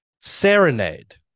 Serenade